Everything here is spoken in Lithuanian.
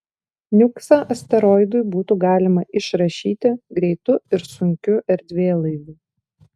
niuksą asteroidui būtų galima išrašyti greitu ir sunkiu erdvėlaiviu